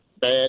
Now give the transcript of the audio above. bad